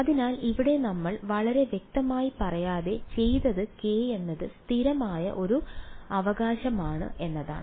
അതിനാൽ ഇവിടെ നമ്മൾ വളരെ വ്യക്തമായി പറയാതെ ചെയ്തത് k എന്നത് സ്ഥിരമായ ഒരു അവകാശമാണ് എന്നതാണ്